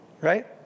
Right